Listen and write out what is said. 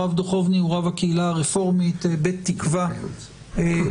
הרב דוכובני הוא רב הקהילה הרפורמית "בית תקוה" בקייב.